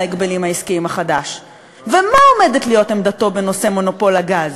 ההגבלים העסקיים ומה עומדת להיות עמדתו בנושא מונופול הגז.